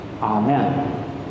Amen